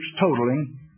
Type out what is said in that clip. totaling